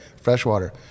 freshwater